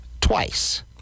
twice